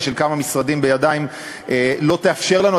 של כמה משרדים בידיים לא תאפשר לנו.